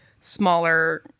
smaller